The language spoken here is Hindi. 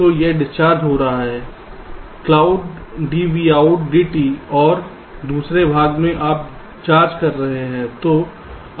तो यह डिस्चार्ज हो रहा है Cload dVout dt और दूसरे भाग में आप चार्ज कर रहे हैं